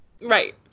right